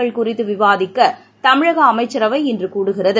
ஊரடங்கு குறித்துவிவாதிக்க தமிழகஅமைச்சரவை இன்றுகூடுகிறது